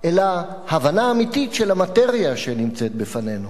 אלא הבנה אמיתית של המאטריה שנמצאת בפנינו.